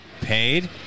paid